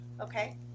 Okay